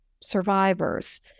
survivors